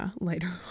later